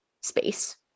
space